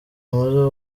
bamaze